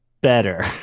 better